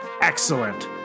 excellent